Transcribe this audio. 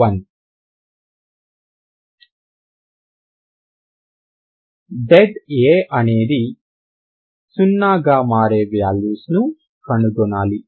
1 det A అనునది 0 గా మారే వాల్యూస్ ను కనుగొనాలి